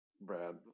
Brad